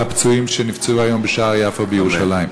לפצועים שנפצעו היום בשער יפו בירושלים.